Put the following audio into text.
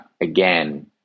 again